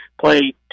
Play